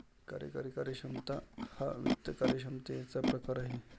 कार्यकारी कार्यक्षमता हा वित्त कार्यक्षमतेचा प्रकार आहे